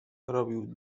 robił